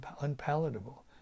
unpalatable